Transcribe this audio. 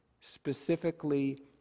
specifically